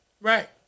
Right